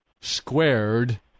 squared